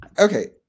Okay